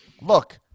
Look